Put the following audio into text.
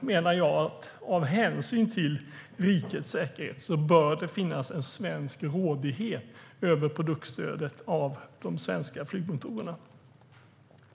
menar jag att det av hänsyn till rikets säkerhet bör finnas en svensk rådighet över produktstödet av de svenska flygmotorerna.